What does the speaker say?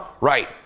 Right